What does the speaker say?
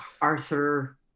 Arthur